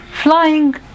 flying